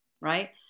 right